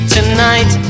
Tonight